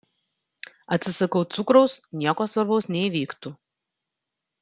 atsisakau cukraus nieko svarbaus neįvyktų